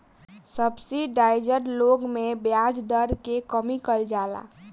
subsidised loan में ब्याज दर के कमी कइल जाला